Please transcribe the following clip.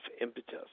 impetus